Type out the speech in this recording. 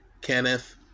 Kenneth